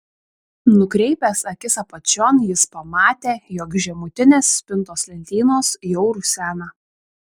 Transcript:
nukreipęs akis apačion jis pamatė jog žemutinės spintos lentynos jau rusena